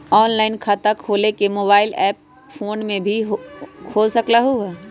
Online खाता खोले के मोबाइल ऐप फोन में भी खोल सकलहु ह?